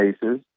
cases